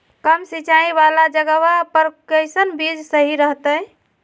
कम सिंचाई वाला जगहवा पर कैसन बीज सही रहते?